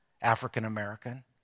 African-American